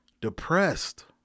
depressed